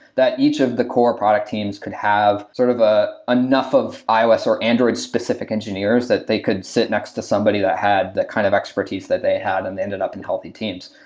that each of the core product teams could have sort of ah enough of ios or android specific engineers that they could sit next to somebody that had that kind of expertise that they had and ended up in healthy teams.